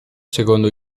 secondo